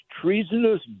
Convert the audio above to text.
treasonous